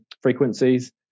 frequencies